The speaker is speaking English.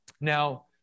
Now